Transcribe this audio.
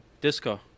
Disco